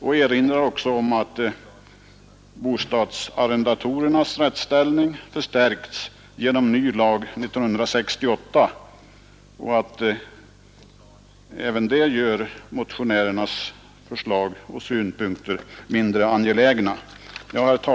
Man erinrar också om att bostadsarrendatorernas rättsställning förstärkts genom ny lag 1968; även det gör motionärernas förslag och synpunkter mindre angelägna.